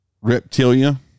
reptilia